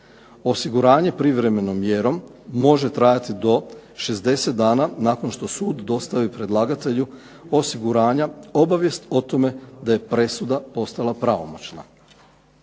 Osiguranje privremenom mjerom može trajati do 60 dana nakon što sud dostavi predlagatelju osiguranja obavijest o tome da je presuda postala pravomoćna.